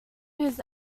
his